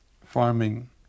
farming